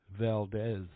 Valdez